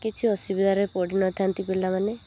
କିଛି ଅସୁବିଧାରେ ପଡ଼ି ନଥାନ୍ତି ପିଲାମାନେ